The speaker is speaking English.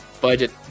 budget